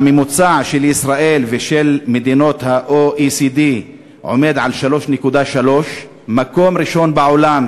הממוצע של ישראל ושל מדינות ה-OECD עומד על 3.3. מקום ראשון בעולם,